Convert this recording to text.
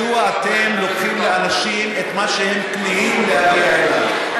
מדוע אתם לוקחים לאנשים את מה שהם כמהים להגיע אליו?